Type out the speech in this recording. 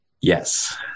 Yes